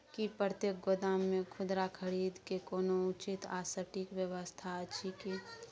की प्रतेक गोदाम मे खुदरा खरीद के कोनो उचित आ सटिक व्यवस्था अछि की?